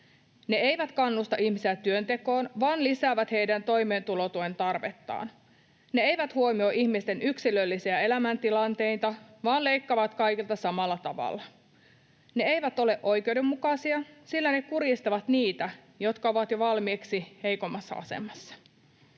Ne eivät kannusta ihmisiä työntekoon vaan lisäävät heidän toimeentulotuen tarvettaan. Ne eivät huomioi ihmisten yksilöllisiä elämäntilanteita vaan leikkaavat kaikilta samalla tavalla. Ne eivät ole oikeudenmukaisia, sillä ne kurjistavat niitä, jotka ovat jo valmiiksi heikommassa asemassa.